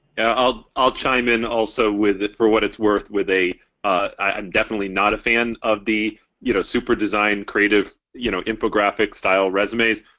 i'll i'll chime in also with it for what it's worth with a i'm definitely not a fan of the you know super design, creative, you know infographic style resumes,